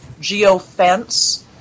geofence